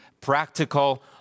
practical